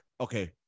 okay